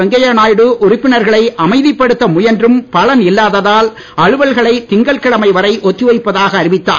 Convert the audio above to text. வெங்கைய நாயுடு உறுப்பினர்களை அமைதிப்படுத்த முயன்றும் இல்லாத்தால் அலுவல்களை திங்கட்கிழமை வரை ஒத்தி பலன் வைப்பதாக அறிவித்தார்